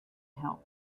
help